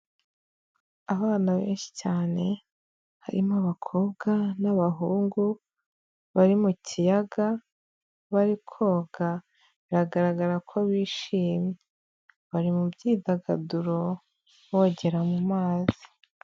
Abana benshi cyane, harimo abakobwa n'abahungu bari mu kiyaga bari koga, biragaragara ko bishimye. Bari mu byidagaduro bogera mu mazi.